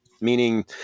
meaning